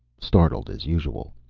startled as usual.